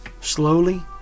slowly